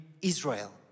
Israel